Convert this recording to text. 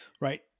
Right